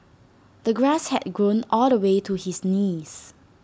the grass had grown all the way to his knees